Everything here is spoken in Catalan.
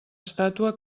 estàtua